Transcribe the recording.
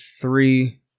three